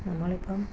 നമ്മളിപ്പോള്